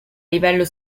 livello